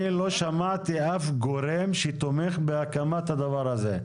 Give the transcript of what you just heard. אני לא שמעתי אף גורם שתומך בהקמת הדבר הזה.